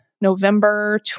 November